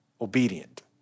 obedient